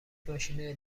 ماشین